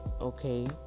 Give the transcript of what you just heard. okay